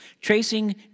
tracing